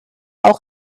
auch